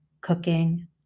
Cooking